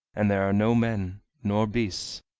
and there are no men, nor beasts,